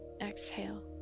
exhale